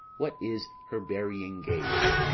what is her burying gave,